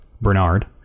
Bernard